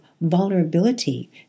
vulnerability